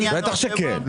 בטח שכן.